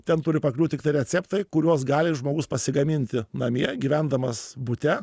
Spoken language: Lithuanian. ten turi pakliūt tiktai receptai kuriuos gali žmogus pasigaminti namie gyvendamas bute